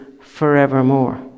forevermore